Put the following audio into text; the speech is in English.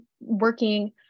working